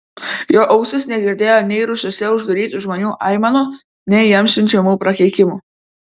jo ausys negirdėjo nei rūsiuose uždarytų žmonių aimanų nei jam siunčiamų prakeikimų